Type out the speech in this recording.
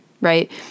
right